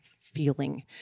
feeling